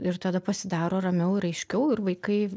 ir tada pasidaro ramiau ir aiškiau ir vaikai